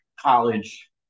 college